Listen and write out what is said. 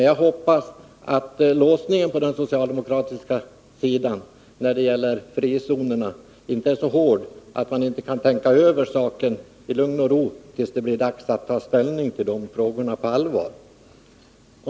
Jag hoppas att låsningen på den socialdemokratiska sidan när det gäller frizonerna inte är så hård att man inte i lugn och ro kan tänka över saken, till dess att det på allvar blir dags att ta ställning till dessa frågor.